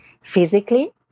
physically